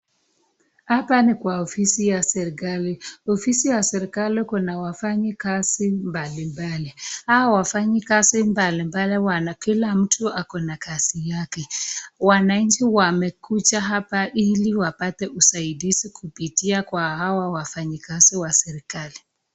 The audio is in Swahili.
Hapa ni Kwa ofisi ya serekali ofisi ya serekali Kuna wafanyikazi mbalimbali, hawa wafanyikazi mbalimbali Kila mtu ako na kazi yake, wananchi wanakuja hapa hili wapate usaidizi kupitia hawa wafanyikazi wa serekali.